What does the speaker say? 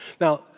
Now